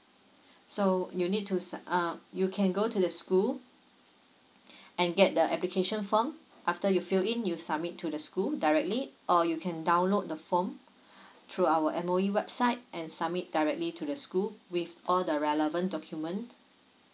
so you need to sign um you can go to the school and get the application form after you fill in you submit to the school directly or you can download the form through our M_O_E website and submit directly to the school with all the relevant document